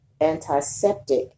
antiseptic